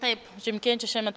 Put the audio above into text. taip žiemkenčiai šiemet